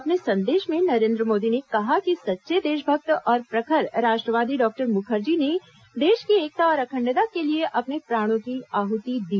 अपने संदेश में नरेन्द्र मोदी ने कहा कि सच्चे देशभक्त और प्रखर राष्ट्रवादी डॉक्टर मुखर्जी ने देश की एकता और अखंडता के लिए अपने प्राणों की आहुति दी